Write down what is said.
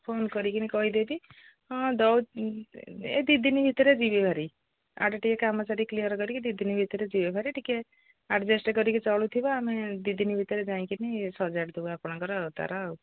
phone କରିକିି କହିଦେବି ହଁ ଏ ଦୁଇ ଦିନ ଭିତରେ ଯିବି ଭାରି ଆଉ ଏପଟେ ଟିକେ କାମ ସାରି କ୍ଲିଅର କରିକି ଦୁଇ ଦିନ ଭିତରେ ଯିବି ଭାରି ଟିକେ ଆଡଜଷ୍ଟ କରିକି ଚଳୁଥିବେ ଆମେ ଦୁଇ ଦିନ ଭିତରେ ଯାଇକିି ସଜାଡ଼ିଦେବୁ ଆପଣଙ୍କର ତାର ଆଉ